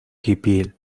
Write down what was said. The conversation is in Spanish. hipil